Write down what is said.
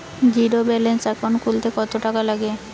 Zero balance account খুলতে কত টাকা লাগে?